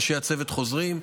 אנשי הצוות חוזרים,